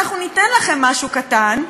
אנחנו ניתן לכם משהו קטן,